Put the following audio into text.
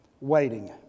waiting